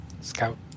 scout